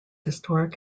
historic